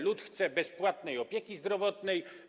Lud chce bezpłatnej opieki zdrowotnej.